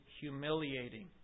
humiliating